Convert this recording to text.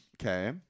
Okay